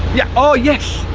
yeah, oh yes.